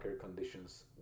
conditions